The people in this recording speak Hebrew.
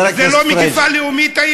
זו לא הייתה מגפה לאומית?